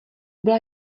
byla